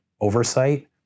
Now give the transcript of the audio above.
oversight